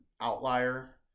outlier